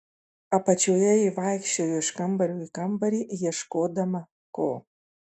apačioje ji vaikščiojo iš kambario į kambarį ieškodama ko